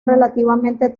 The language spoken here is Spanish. relativamente